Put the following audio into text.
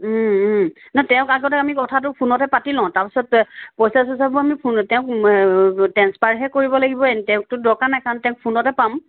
নাই তেওঁক আগতে আমি কথাটো ফোনতে পাতি লওঁ তাৰপিছত পইচা চইচাবোৰ আমি ফোনত তেওঁক ট্ৰেন্সফাৰহে কৰিব লাগিব তেওঁকতো দৰকাৰ নাই কাৰণ তেওঁক ফোনতে পাম